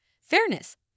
Fairness